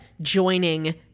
joining